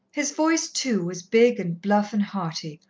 his voice, too, was big and bluff and hearty,